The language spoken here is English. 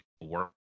work